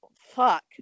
fuck